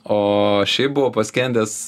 o šiaip buvau paskendęs